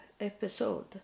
episode